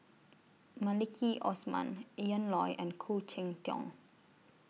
Maliki Osman Ian Loy and Khoo Cheng Tiong